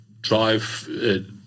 drive